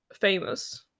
Famous